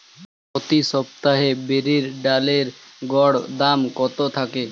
প্রতি সপ্তাহে বিরির ডালের গড় দাম কত থাকে?